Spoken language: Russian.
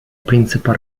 принципа